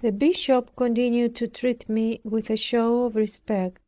the bishop continued to treat me with a show of respect